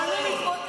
הכול ורוד.